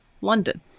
london